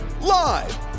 live